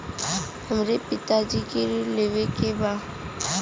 हमरे पिता जी के ऋण लेवे के बा?